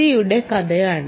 ജിയുടെ കഥയാണ്